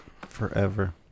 forever